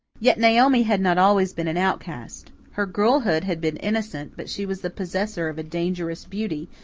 yet naomi had not always been an outcast. her girlhood had been innocent but she was the possessor of a dangerous beauty,